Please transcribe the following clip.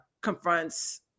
confronts